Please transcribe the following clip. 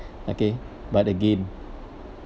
okay but again